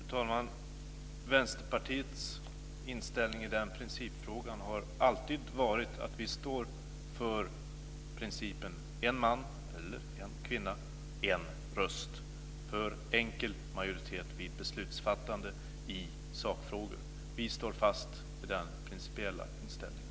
Fru talman! Vänsterpartiets inställning i den principfrågan har alltid varit att vi står för principen en man - eller en kvinna - en röst, för enkel majoritet vid beslutsfattande i sakfrågor. Vi står fast vid den principiella inställningen.